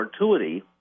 fortuity